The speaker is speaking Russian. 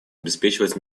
обеспечивать